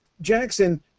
Jackson